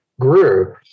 grew